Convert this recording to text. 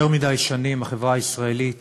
יותר מדי שנים החברה הישראלית